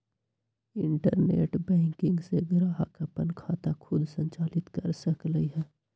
internet banking से ग्राहक अप्पन खाता खुद संचालित कर सकलई ह